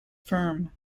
firm